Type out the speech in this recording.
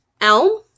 Elm